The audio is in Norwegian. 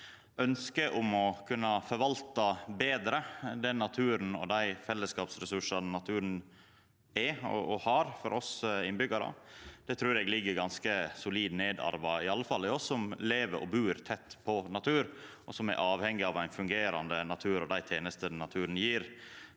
ønsket om å kunna forvalta betre den naturen og dei fellesskapsressursane natur er og har for oss innbyggjarar. Det trur eg ligg ganske solid nedarva iallfall i oss som lever og bur tett på natur, og som er avhengige av ein fungerande natur og dei tenestene naturen gjev,